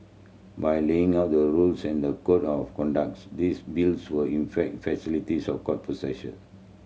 by laying out the rules and the code of conducts this bills will in fact facilitates of court process